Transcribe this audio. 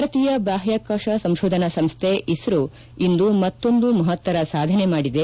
ಭಾರತೀಯ ಬಾಹ್ಯಾಕಾಶ ಸಂಶೋಧನಾ ಸಂಸ್ದೆ ಇಸ್ರೋ ಇಂದು ಮತ್ತೊಂದು ಮಹತ್ತರ ಸಾಧನೆ ಮಾಡಿದೆ